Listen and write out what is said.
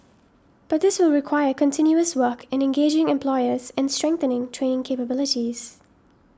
but this will require continuous work in engaging employers and strengthening training capabilities